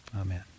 Amen